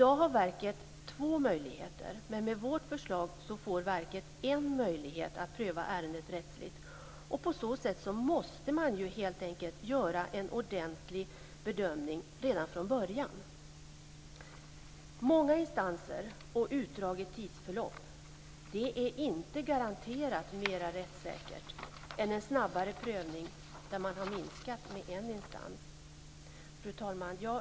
I dag har verket två möjligheter, men med vårt förslag får verket en möjlighet att pröva ärendet rättsligt, och på så sätt måste man ju helt enkelt göra en ordentlig bedömning redan från början. Många instanser och utdraget tidsförlopp är inte garanterat mera rättssäkert än en snabbare prövning där man har minskat med en instans. Fru talman!